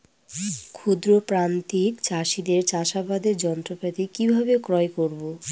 ক্ষুদ্র প্রান্তিক চাষীদের চাষাবাদের যন্ত্রপাতি কিভাবে ক্রয় করব?